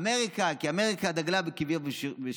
אמריקה, כי אמריקה דגלה בשוויון.